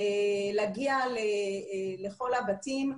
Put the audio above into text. להגיע לכל הבתים,